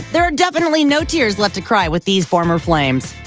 there are definitely no tears left to cry with these former flames.